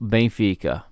Benfica